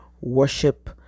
worship